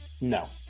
No